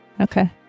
Okay